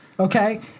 Okay